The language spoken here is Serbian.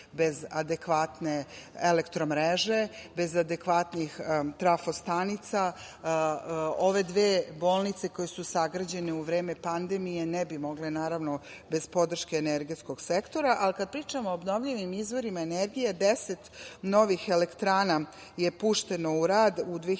bez adekvatne elektromreže, bez adekvatnih trafostanica. Ove dve bolnice koje su sagrađene u vreme pandemije ne bi mogle bez podrške energetskog sektora. Kad pričamo o obnovljivim izvorima energije, 10 novih elektrana je pušteno u rad u 2020.